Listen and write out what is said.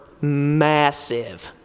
massive